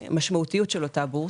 המשמעותיות של אותה בורסה.